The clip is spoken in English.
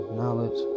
knowledge